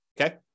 okay